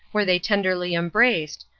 where they tenderly embraced,